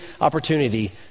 opportunity